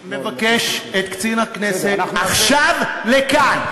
אני מבקש את קצין הכנסת עכשיו לכאן.